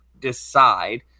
decide